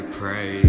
pray